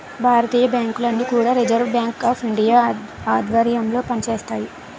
భారతీయ బ్యాంకులన్నీ కూడా reserve bank of India ఆధ్వర్యంలో పనిచేస్తాయి